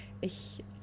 Ich